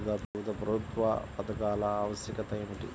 వివిధ ప్రభుత్వా పథకాల ఆవశ్యకత ఏమిటి?